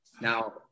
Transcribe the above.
now